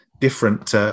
different